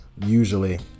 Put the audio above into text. Usually